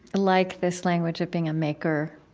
like this language of being a maker,